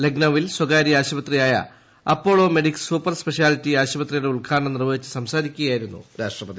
ലക്നൌവിൽ സ്വകാര്യ ആശുപത്രിയായ് അപ്പോളോ മെഡിക്സ് സൂപ്പർ സ്പെഷ്യാലിറ്റി ആശുപത്രിയുടെ ഉദ്ഘാടനം നിർവഹിച്ച് സംസാരിക്കുകയായിരുന്നു രാഷ്ട്രപതി